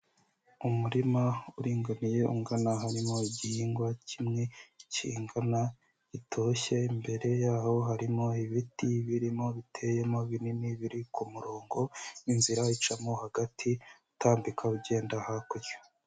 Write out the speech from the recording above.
Umurima uringaniye, ungana, harimo igihingwa kimwe kingana, gitoshye, imbere y'aho harimo ibiti birimo, biteyemo, binini, biri ku murongo n'inzira icamo hagati utambika, ugenda hakurya.